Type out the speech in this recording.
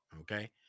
Okay